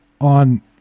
on